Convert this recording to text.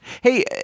Hey